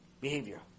Behavior